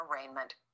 arraignment